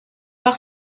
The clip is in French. par